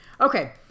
okay